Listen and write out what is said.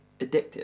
addictive